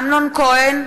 מצביע אמנון כהן,